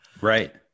Right